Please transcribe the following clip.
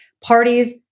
parties